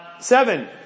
Seven